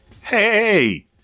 Hey